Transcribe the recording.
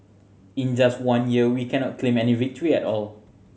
in just one year we cannot claim any victory at all